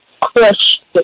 question